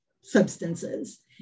substances